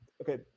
okay